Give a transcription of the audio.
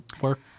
work